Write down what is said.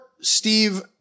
Steve